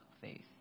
faith